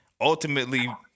ultimately